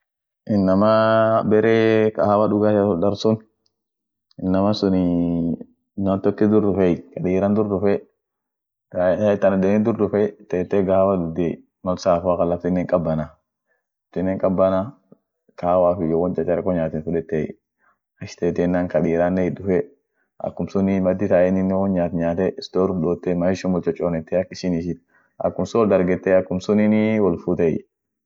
Uk nii inama birit wolkas jira Kingsland wellsis Cortland iyo Northerniland dumii ishin won ishian gudio